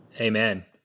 amen